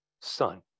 son